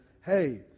hey